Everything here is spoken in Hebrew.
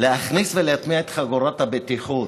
להכניס ולהטמיע את חגורות הבטיחות.